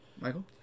Michael